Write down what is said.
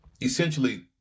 essentially